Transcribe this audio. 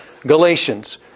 Galatians